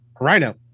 Rhino